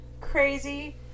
Crazy